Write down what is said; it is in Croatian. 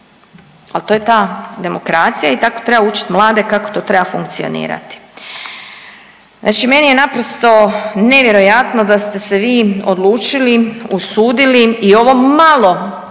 Ali to je ta demokracija i tako treba učiti mlade kako to treba funkcionirati. Znači meni je naprosto nevjerojatno da ste se vi odlučili, usudili i ovo malo